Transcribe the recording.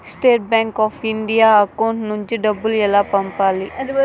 State Bank of India account నుంచి డబ్బులు ఎలా పంపాలి?